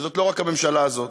וזאת לא רק הממשלה הזאת,